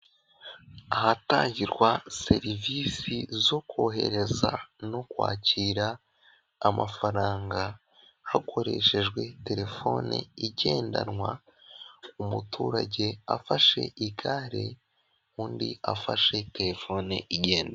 Ahatangirwa serivisi zo kohereza, no kwakira, amafaranga. Hakoreshejwe telefone igendanwa. Umuturage afashe igare, undi afashe telefone igenda.